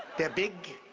they're big,